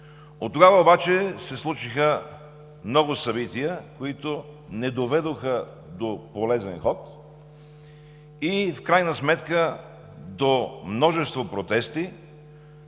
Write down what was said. Оттогава обаче се случиха много събития, които не доведоха до полезен ход, и в крайна сметка до множество протести,